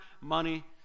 money